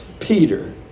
Peter